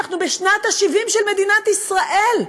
אנחנו בשנת ה-70 של מדינת ישראל.